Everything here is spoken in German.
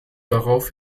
darauf